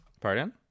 Pardon